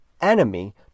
enemy